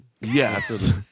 Yes